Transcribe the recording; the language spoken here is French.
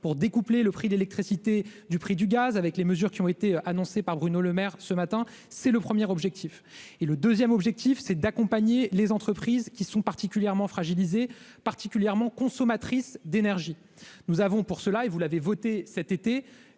pour découpler le prix d'électricité du prix du gaz avec les mesures qui ont été annoncées par Bruno Lemaire ce matin, c'est le premier objectif et le 2ème objectif, c'est d'accompagner les entreprises qui sont particulièrement fragilisée particulièrement consommatrices d'énergie, nous avons pour cela, il vous l'avez voté cet été,